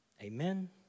Amen